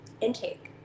intake